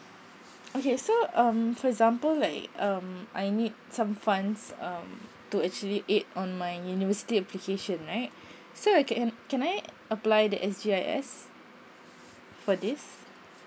okay so um for example like um I need some funds um to actually aid on my university application right so okay and can I apply the S_G_I_S for this